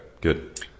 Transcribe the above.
good